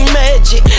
magic